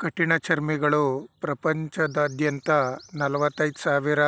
ಕಠಿಣಚರ್ಮಿಗಳು ಪ್ರಪಂಚದಾದ್ಯಂತ ನಲವತ್ತೈದ್ ಸಾವಿರ